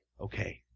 Okay